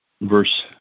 verse